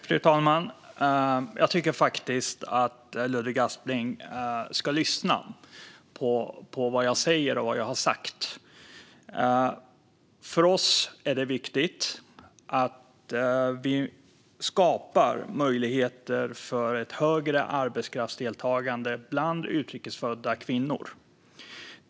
Fru talman! Jag tycker faktiskt att Ludvig Aspling ska lyssna på vad jag säger och vad jag har sagt. För oss är det viktigt att vi skapar möjligheter för ett högre arbetskraftsdeltagande bland utrikesfödda kvinnor.